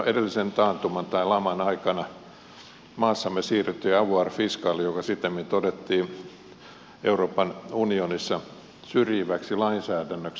edellisen taantuman tai laman aikana maassamme siirryttiin avoir fiscaliin joka sittemmin todettiin euroopan unionissa syrjiväksi lainsäädännöksi